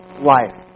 life